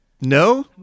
No